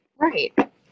Right